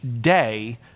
day